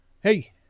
Hey